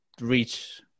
reach